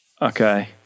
Okay